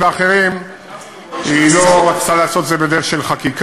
אם זה אפשרי.